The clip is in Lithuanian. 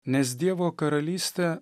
nes dievo karalystė